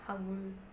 how were